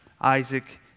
Isaac